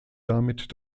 damit